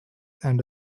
and